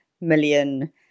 million